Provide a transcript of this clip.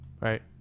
Right